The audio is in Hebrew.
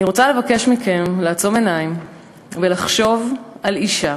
אני רוצה לבקש מכם לעצום עיניים ולחשוב על אישה